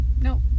No